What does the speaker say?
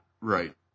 Right